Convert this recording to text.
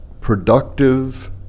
productive